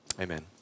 Amen